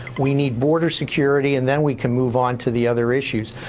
we need border security, and then we can move onto the other issues.